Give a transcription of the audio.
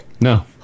No